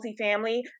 multifamily